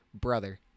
brother